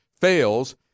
fails